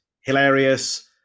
Hilarious